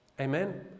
Amen